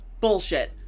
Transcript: bullshit